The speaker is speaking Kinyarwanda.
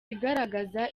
igaragaza